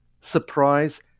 Surprise